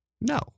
No